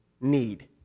need